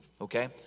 okay